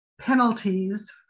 penalties